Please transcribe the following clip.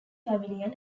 pavilion